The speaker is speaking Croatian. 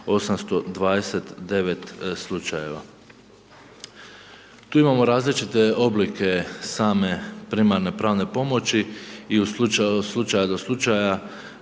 3829 slučajeva. Tu imamo različite oblike same primarne pravne pomoći i od slučaja do slučaja